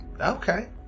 Okay